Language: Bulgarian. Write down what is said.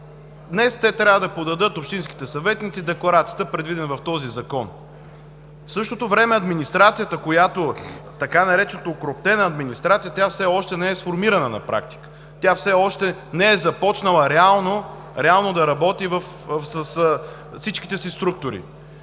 съветници трябва да подадат декларацията, предвидена в този закон. В същото време администрацията, така наречената „окрупнена администрация“, тя все още не е сформирана на практика, тя все още не е започнала реално да работи с всичките си структури.